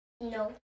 No